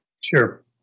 Sure